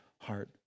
heart